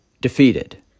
defeated